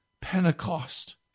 Pentecost